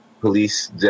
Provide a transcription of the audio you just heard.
police